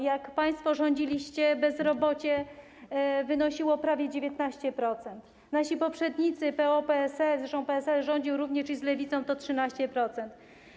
Jak państwo rządziliście, bezrobocie wynosiło prawie 19%, za naszych poprzedników, PO-PSL, zresztą PSL rządził również z Lewicą, wynosiło 13%.